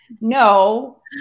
no